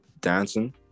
dancing